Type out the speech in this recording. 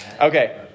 Okay